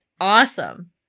awesome